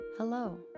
Hello